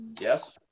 yes